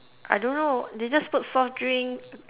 I don't know they just put soft drink